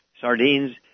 sardines